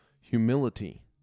humility